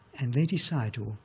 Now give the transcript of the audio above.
and ledi sayadaw